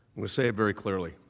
will say very clearly.